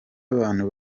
y’abantu